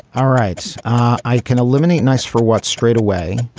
all right i can eliminate nice for what straight away